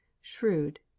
shrewd